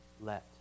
let